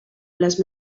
les